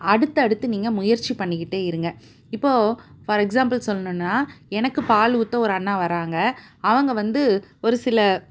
அடுத்தடுத்து நீங்கள் முயற்சி பண்ணிக்கிட்டே இருங்கள் இப்போது ஃபார் எக்ஸாம்புல் சொல்லணும்னா எனக்கு பால் ஊற்ற ஒரு அண்ணா வராங்கள் அவங்க வந்து ஒரு சில